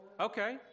Okay